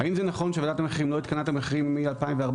האם זה נכון שוועדת המחירים לא עדכנה את המחירים מ-2014?